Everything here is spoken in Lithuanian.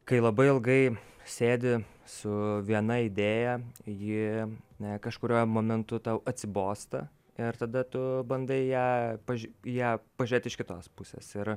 kai labai ilgai sėdi su viena idėja ji ne kažkuriuo momentu tau atsibosta ir tada tu bandai ją paž į ją pažiūrėt iš kitos pusės ir